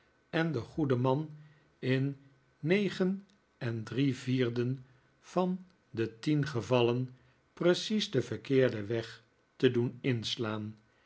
en den goeden man in negen en drie vierden van de tien gevallen precies den verkeerden weg te doen inslaan